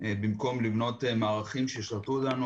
במקום לבנות מערכים שישרתו אותנו,